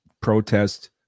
protest